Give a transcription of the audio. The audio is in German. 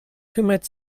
kümmert